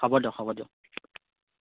হ'ব দিয়ক হ'ব দিয়ক